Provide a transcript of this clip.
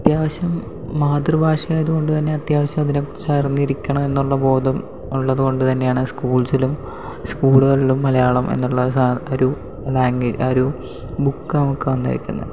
അത്യാവശ്യം മാതൃഭാഷ ആയത് കൊണ്ട് തന്നെ അത്യാവശ്യം അതിനെക്കുറിച്ച് അറിഞ്ഞിരിക്കണം എന്നുള്ള ബോധം ഉള്ളത് കൊണ്ട് തന്നെയാണ് സ്കൂൾസിലും സ്കൂളുകളിലും മലയാളം എന്നുള്ള ഒരു ലാംഗ്വേജ് ഒരു ബുക്ക് നമുക്ക് തന്നേക്കുന്നത്